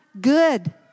good